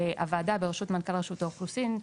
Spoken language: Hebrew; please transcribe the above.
אז הוועדה בראשות מנכ״ל רשות האוכלוסין,